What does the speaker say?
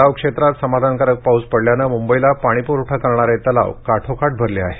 तलाव क्षेत्रात समाधानकारक पाऊस पडल्याने मुंबईला पाणीपुरवठा करणारे तलाव काठोकाठ भरले आहेत